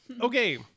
Okay